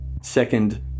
Second